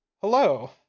Hello